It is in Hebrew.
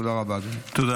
תודה רבה, אדוני.